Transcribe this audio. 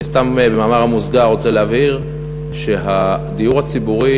במאמר מוסגר אני רוצה להבהיר שהדיור הציבורי